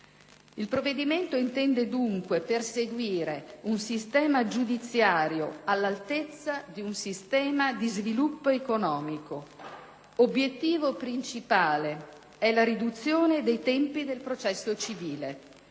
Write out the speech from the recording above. Il provvedimento intende dunque perseguire un sistema giudiziario all'altezza di un sistema di sviluppo economico. Obiettivo principale è la riduzione dei tempi del processo civile.